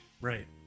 Right